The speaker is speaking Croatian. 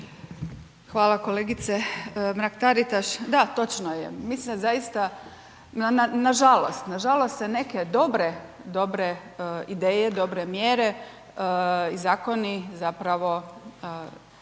Hvala kolegice Mrak Taritaš, da točno je mi se zaista nažalost, nažalost se neke dobre ideje, dobre ideje, dobre mjere i zakoni zapravo